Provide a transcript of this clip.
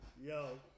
Yo